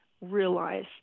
realize